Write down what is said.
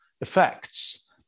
effects